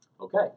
Okay